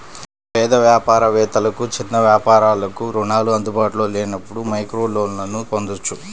పేద వ్యాపార వేత్తలకు, చిన్న వ్యాపారాలకు రుణాలు అందుబాటులో లేనప్పుడు మైక్రోలోన్లను పొందొచ్చు